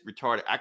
retarded